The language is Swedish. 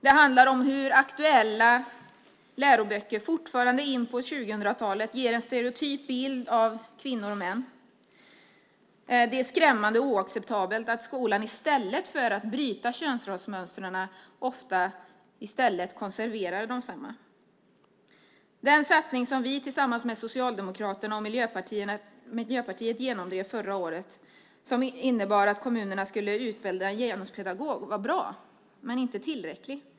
Det handlar om hur aktuella läroböcker fortfarande in på 2000-talet ger en stereotyp bild av kvinnor och män. Det är skrämmande och oacceptabelt att skolan i stället för att bryta könsrollsmönstren ofta i stället konserverar desamma. Den satsning som vi tillsammans med Socialdemokraterna och Miljöpartiet genomdrev förra året, som innebar att kommunerna skulle utbilda en genuspedagog, var bra men inte tillräcklig.